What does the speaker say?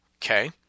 Okay